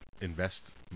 invest